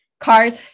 Cars